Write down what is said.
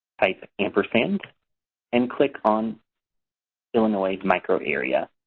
type ampersand and click on illinois micro area.